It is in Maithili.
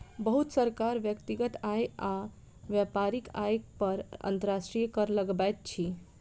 बहुत सरकार व्यक्तिगत आय आ व्यापारिक आय पर अंतर्राष्ट्रीय कर लगबैत अछि